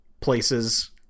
places